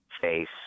face